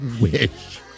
Wish